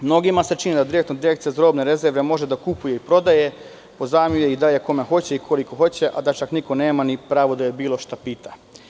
Mnogima se čini da direktno Direkcija za robne rezerve može da kupuje i prodaje, pozajmljuje i daje kome hoće i koliko hoće, a da čak niko nema ni pravo da je bilo šta pita.